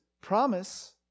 promise